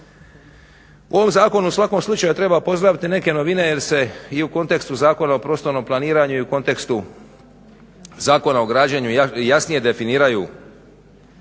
U ovom zakonu u svakom slučaju treba pozdraviti neke novine jer se i u kontekstu Zakona o prostornom planiranju i u kontekstu Zakona o građenju jasnije definiraju